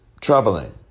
troubling